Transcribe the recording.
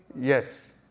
Yes